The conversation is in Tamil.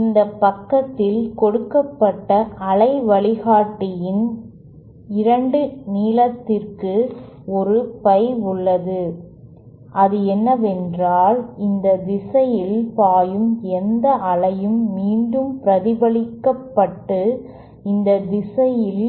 இந்த பக்கத்தில் கொடுக்கப்பட்ட அலை வழிகாட்டியின் 2 நீளத்திற்கு ஒரு பை உள்ளது அது என்னவென்றால் இந்த திசையில் பாயும் எந்த அலையும் மீண்டும் பிரதிபலிக்கப்பட்டு இந்த திசையில்